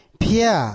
pia